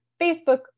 Facebook